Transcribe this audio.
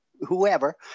whoever